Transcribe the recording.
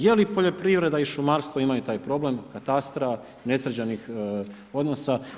Je li poljoprivreda i šumarstvo imaju taj problem, katastra, nesređenih odnosa.